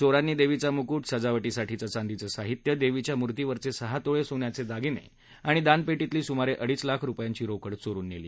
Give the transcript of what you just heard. चोरांनी देवीचा म्कूट सजावटी साठीचं चांदीचं साहित्य देवीच्या मूर्तीवरचे सहा तोळे सोन्याचे दागिने आणि दानपेटीतली सुमारे अडीच लाख रुपयांची रोकड चोरुन नेली